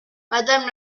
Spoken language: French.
madame